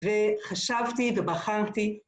וחשבתי ובחנתי.